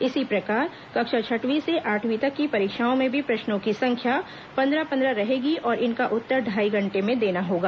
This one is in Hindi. इसी प्रकार कक्षा छठवीं से आठवीं तक की परीक्षाओं में भी प्रश्नों की संख्या पंद्रह पंद्रह रहेगी और इनका उत्तर ढाई घंटे में देना होगा